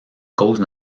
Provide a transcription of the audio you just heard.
cause